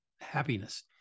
happiness